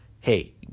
hey